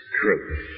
truth